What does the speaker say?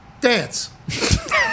Dance